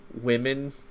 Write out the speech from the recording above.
women